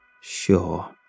Sure